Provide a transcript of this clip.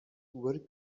were